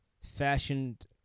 fashioned